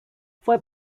fue